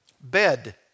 bed